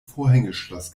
vorhängeschloss